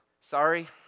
sorry